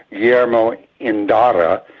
guillermo endara,